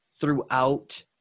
throughout